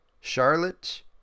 charlotte